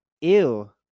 ew